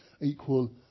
equal